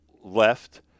left